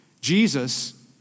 Jesus